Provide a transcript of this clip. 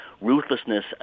ruthlessness